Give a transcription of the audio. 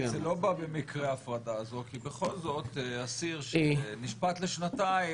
זה לא במקרה ההפרדה הזאת כי בכל זאת אסיר שנשפט לשנתיים,